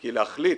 כי להחליט